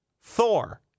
Thor